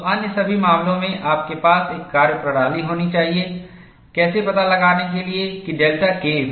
तो उन सभी मामलों में आपके पास एक कार्यप्रणाली होनी चाहिए कैसे पता लगाने के लिए डेल्टा Keff